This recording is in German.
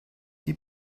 die